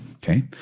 Okay